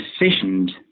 decisions